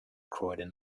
croydon